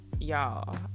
y'all